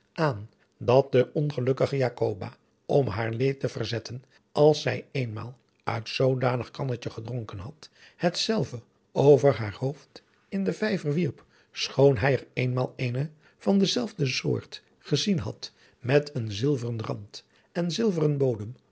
aan dat de ongelukkige jacoba om haar leed te verzetten als zij eenmaal uit zoodanig kannetje gedronken had hetzelve over haar hoofd in den vijver wierp schoon hij er eenmaal eene van deze zelfde soort gezien had met een zilveren rand en zilveren bodem